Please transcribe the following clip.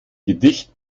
gedicht